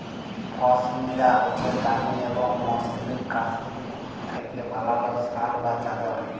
পশমিলা হছে দামি এবং মসৃল কাশ্মীরি উল থ্যাইকে বালাল শাল বা চাদর